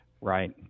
right